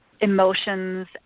emotions